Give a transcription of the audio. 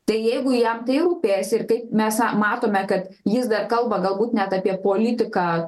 tai jeigu jam tai rūpės ir kaip mes matome kad jis dar kalba galbūt net apie politiką